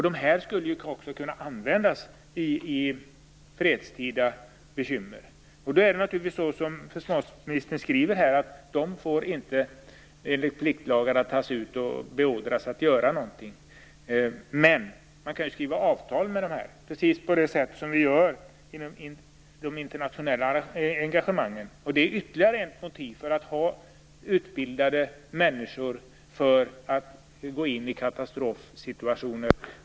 Dessa skulle också kunna användas vid fredstida bekymmer. Som försvarsministern skriver i svaret får dessa enligt pliktlagarna inte tas ut och beordras att göra något, men man kan ju skriva avtal med dem, precis som sker vid de internationella engagemangen. Det är då ytterligare ett motiv för att ha utbildade människor som kan användas vid katastrofsituationer.